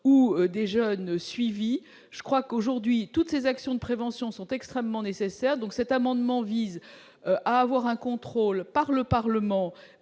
ou des jeunes suivis, je crois qu'aujourd'hui toutes les actions de prévention sont extrêmement nécessaire donc, cet amendement vise à avoir un contrôle par le Parlement